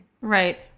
Right